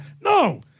No